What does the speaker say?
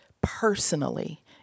personally